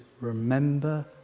remember